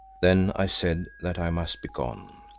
then i said that i must be gone.